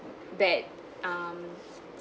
bad um